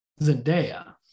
Zendaya